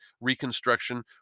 reconstruction